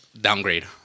downgrade